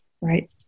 Right